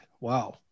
Wow